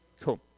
Cool